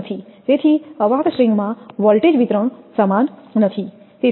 તેથી અવાહક સ્ટ્રિંગમાં વોલ્ટેજ વિતરણ સમાન નથી